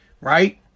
right